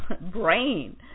brain